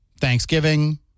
Thanksgiving